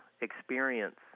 experience